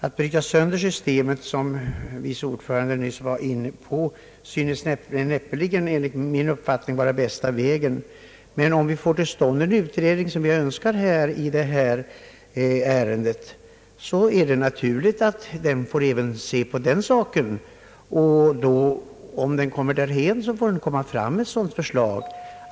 Att bryta sönder systemet — något som herr förste vice talmannen nyss var inne på — är enligt min mening näppeligen den bästa vägen. Men om det tillsättes en utredning — som vi önskar i detta ärende — är det naturligt att den även får undersöka denna fråga och om den kommer till ett sådant resultat, kan den ju framlägga ett förslag härom.